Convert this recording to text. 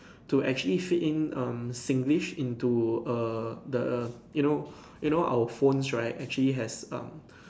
to actually fit in um Singlish into err the you know you know our phones right actually has um